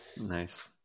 nice